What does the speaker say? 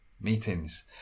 meetings